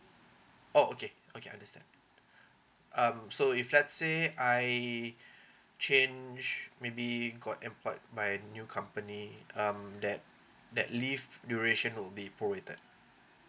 oh okay okay understand um so if let's say I uh change maybe got employed by new company um that that leave duration will be prorated